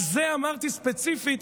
על זה אמרתי ספציפית,